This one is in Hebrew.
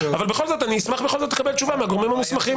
אבל אני אשמח בכל זאת לקבל תשובה מהגורמים המוסמכים.